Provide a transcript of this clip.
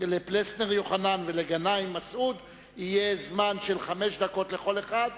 לפלסנר יוחנן ולגנאים מסעוד יהיה זמן של חמש דקות לכל אחד,